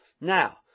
Now